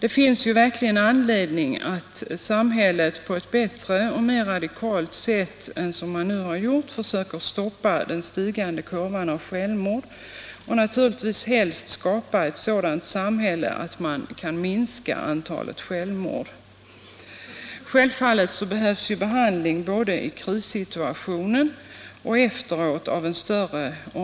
Det finns verkligen anledning för samhället att på ett bättre och mer radikalt sätt än hittills försöka stoppa den stigande kurvan av självmord, och naturligtvis helst skapa ett sådant samhälle att man kan minska antalet självmord. Givetvis behövs behandling i större omfattning både i krissituationer och efteråt.